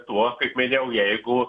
tuo kaip minėjau jeigu